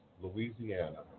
Louisiana